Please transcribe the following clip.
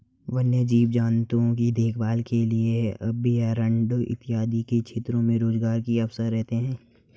वन्य जीव जंतुओं की देखभाल के लिए अभयारण्य इत्यादि के क्षेत्र में रोजगार के अवसर रहते हैं